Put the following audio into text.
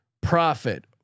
profit